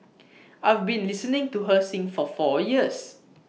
I've been listening to her sing for four years